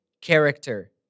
character